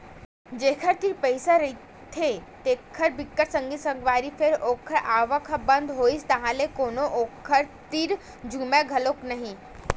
जेखर तीर पइसा रहिथे तेखर बिकट संगी साथी फेर ओखर आवक ह बंद होइस ताहले कोनो ओखर तीर झुमय घलोक नइ